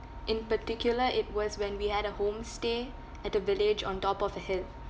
in particular it was when we had a homestay at the village on top of a hill